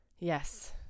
yes